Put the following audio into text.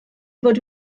fod